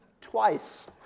Twice